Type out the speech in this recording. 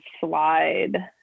slide